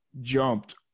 jumped